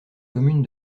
commune